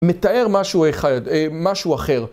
מתאר משהו אחד, משהו אחר.